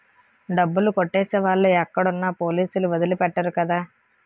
డబ్బులు కొట్టేసే వాళ్ళు ఎక్కడున్నా పోలీసులు వదిలి పెట్టరు కదా